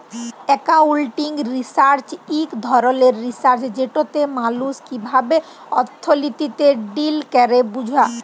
accounting research ইক ধরলের research যেটতে মালুস কিভাবে অথ্থলিতিতে ডিল ক্যরে বুঝা